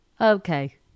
Okay